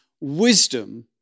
wisdom